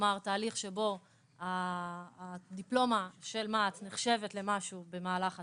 כלומר תהליך שבו הדיפלומה של מה"ט נחשבת למשהו במהלך התואר.